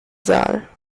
saal